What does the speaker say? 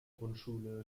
grundschule